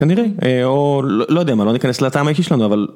כנראה, או לא יודע מה, לא ניכנס לטעם האישי שלנו, אבל...